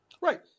Right